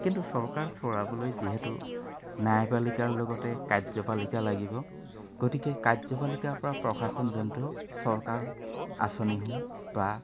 কিন্তু চৰকাৰ চৰাবলৈ যিহেতু ন্যায়পালিকাৰ লগতে কাৰ্যপালিকা লাগিব গতিকে কাৰ্যপালিকাৰপৰা প্ৰশাসনৰ যোনটো চৰকাৰ আঁচনিসমূহ বা